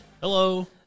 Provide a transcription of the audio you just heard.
Hello